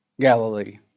Galilee